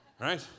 right